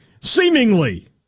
seemingly